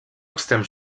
extrem